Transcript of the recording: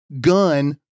gun